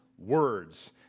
Words